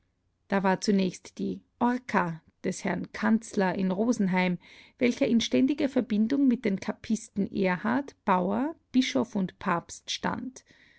da war zunächst die orka des herrn kanzler in rosenheim welcher in ständiger verbindung mit den kappisten ehrhardt bauer bischoff und pabst stand